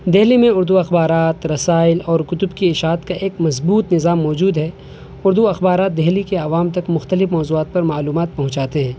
دہلی میں اردو اخبارات رسائل اور کتب کی اشاعت کا ایک مضبوط نظام موجود ہے اردو اخبارات دہلی کے عوام تک مختلف موضوعات پر معلومات پہنچاتے ہیں